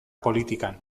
politikan